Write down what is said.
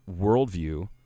worldview